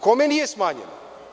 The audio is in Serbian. Kome nije smanjena?